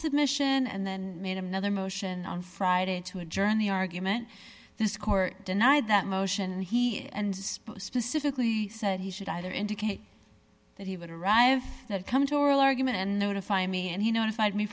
submission and then made another motion on friday to adjourn the argument this court denied that motion and he and specifically said he should either indicate that he would arrive now come to oral argument and notify me and he notified me